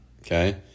Okay